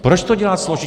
Proč to dělat složitě?